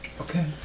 Okay